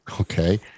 Okay